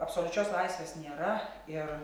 absoliučios laisvės nėra ir